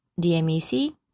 DMEC